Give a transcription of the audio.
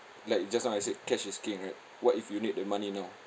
like just now I said cash is king right what if you need the money now